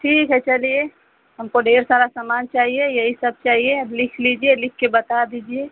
ठीक है चलिए हमको ढेर सारा समान चाहिए यही सब चाहिए आप लिख लीजिए लिखकर बता दीजिए